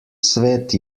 svet